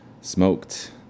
smoked